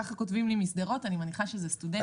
ככה כותבים לי משדרות, אני מניחה שזה סטודנטים.